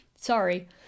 sorry